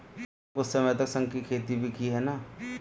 तुमने कुछ समय तक शंख की खेती भी की है ना?